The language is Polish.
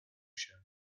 się